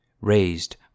Raised